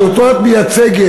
שאותו את מייצגת,